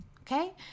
okay